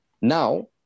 Now